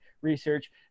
research